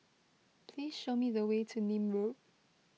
please show me the way to Nim Road